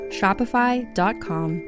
Shopify.com